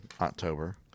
October